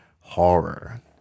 horror